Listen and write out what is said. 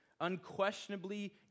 unquestionably